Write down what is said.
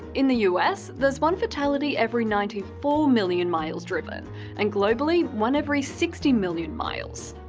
in the us, there's one fatality every ninety four million miles driven and globally, one every sixty million miles.